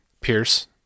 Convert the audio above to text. Pierce